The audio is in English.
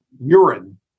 urine